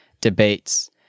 debates